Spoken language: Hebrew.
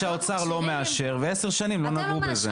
שהאוצר לא מאשר ועשר שנים לא נגעו בזה.